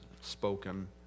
spoken